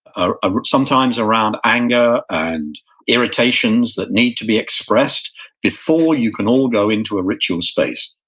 ah ah sometimes around anger and irritations that need to be expressed before you can all go into a ritual space,